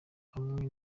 hamwe